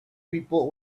people